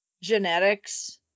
genetics